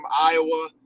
Iowa